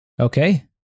Okay